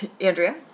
Andrea